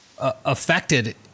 affected